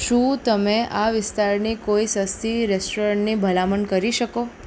શું તમે આ વિસ્તારની કોઈ સસ્તી રેસ્ટોરન્ટની ભલામણ કરી શકો